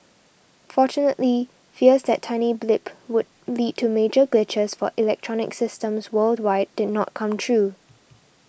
fortunately fears that tiny blip would lead to major glitches for electronic systems worldwide did not come true